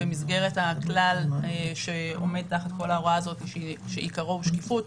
במסגרת הכלל שעומד תחת כל ההוראה הזאת שעיקרו שקיפות,